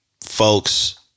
folks